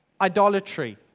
idolatry